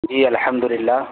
جی الحمد اللہ